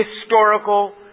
historical